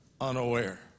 unaware